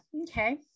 Okay